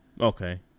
Okay